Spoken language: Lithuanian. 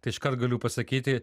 tai iškart galiu pasakyti